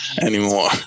anymore